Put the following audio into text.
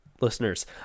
listeners